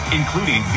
including